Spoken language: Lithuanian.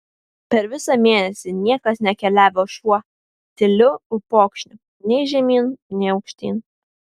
per visą mėnesį niekas nekeliavo šiuo tyliu upokšniu nei žemyn nei aukštyn